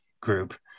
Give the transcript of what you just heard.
group